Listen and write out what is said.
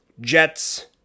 Jets